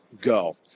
go